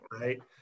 right